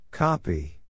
Copy